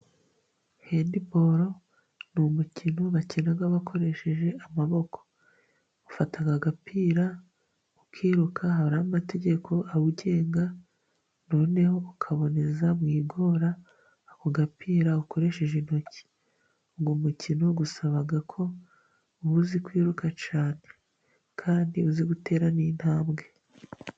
Handiboro ni umukino bakina bakoresheje amaboko, ufata agapira ukiruka, hari amategeko awugenga, noneho ukaboneza mu igora ako gapira ukoresheje intoki Uwo mukino usaba kuba uzi kwiruka cyane, kandi uzi gutera n'intambwe.